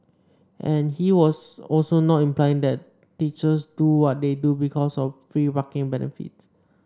and he was also not implying that teachers do what they do because of free parking benefits